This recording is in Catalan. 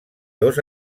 dos